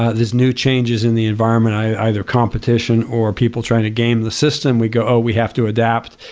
ah these new changes in the environment, either competition or people trying to gain the system, we go, we have to adapt.